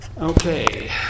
Okay